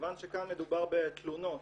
מכוון שכאן מדובר בתלונות